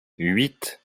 huit